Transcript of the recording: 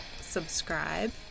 subscribe